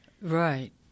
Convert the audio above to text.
Right